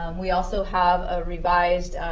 um we also have a revised